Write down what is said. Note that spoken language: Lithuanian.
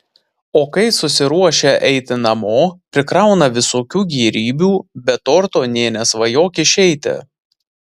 o kai susiruošia eiti namo prikrauna visokių gėrybių be torto nė nesvajok išeiti